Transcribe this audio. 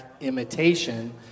imitation